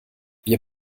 wir